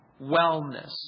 wellness